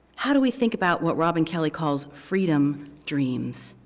how do we think about what robin kelly calls freedom dream? so